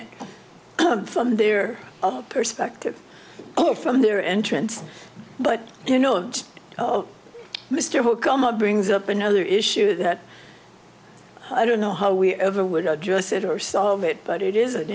in from their perspective or from their entrance but you know oh mr holcombe a brings up another issue that i don't know how we ever would address it or solve it but it is an